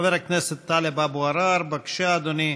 חבר הכנסת טלב אבו עראר, בבקשה, אדוני.